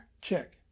Check